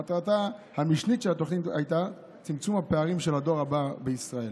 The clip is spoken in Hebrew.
מטרתה המשנית של התוכנית הייתה צמצום הפערים של הדור הבא בישראל.